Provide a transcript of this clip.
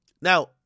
Now